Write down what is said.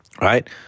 Right